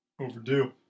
Overdue